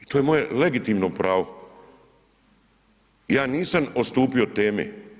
I to je moje legitimno pravo, ja nisam odstupio od teme.